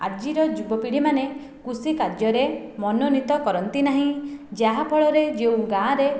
ଆଜିର ଯୁବପିଢ଼ୀ ମାନେ କୃଷି କାର୍ଯ୍ୟରେ ମନୋନୀତ କରନ୍ତି ନାହିଁ ଯାହାଫଳରେ ଯେଉଁ ଗାଁରେ